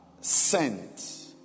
sent